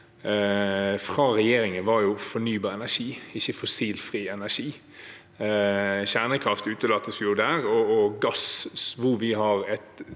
fra regjeringen var fornybar energi, ikke fossilfri energi. Kjernekraft og gasskraft, hvor vi har et